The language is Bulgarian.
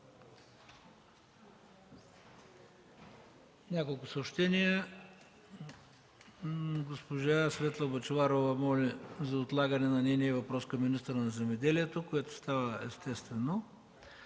Няколко съобщения. Госпожа Светла Бъчварова моли за отлагане на нейния въпрос към министъра на земеделието и храните. Това е естествено.